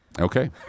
Okay